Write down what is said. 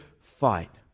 fight